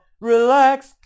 Relax